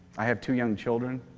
i have two young children,